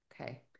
Okay